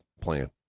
plan